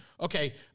okay